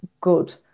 good